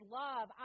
love